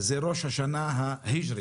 זה ראש השנה ההיג'רית,